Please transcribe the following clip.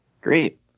Great